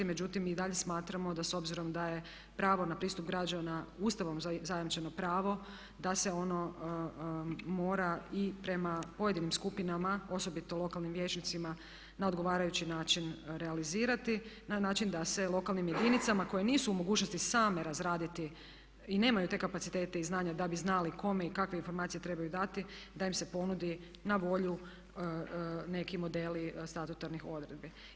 Međutim mi i dalje smatramo da s obzirom da je pravo na pristup građana Ustavom zajamčeno pravo, da se ono mora i prema pojedinim skupinama, osobito lokalnim vijećnicima na odgovarajući način realizirati na način da se lokalnim jedinicama koje nisu u mogućnosti same razraditi i nemaju te kapacitete i znanja da bi znale kome i kakve informacije trebaju dati da im se ponudi na volju neki modeli statutarnih odredbi.